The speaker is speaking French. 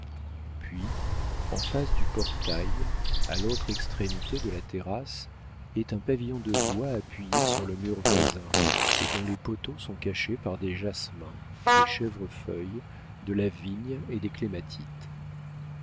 puis en face du portail à l'autre extrémité de la terrasse est un pavillon de bois appuyé sur le mur voisin et dont les poteaux sont cachés par des jasmins des chèvrefeuilles de la vigne et des clématites